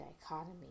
dichotomy